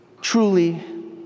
truly